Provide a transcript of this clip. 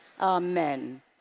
Amen